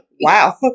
wow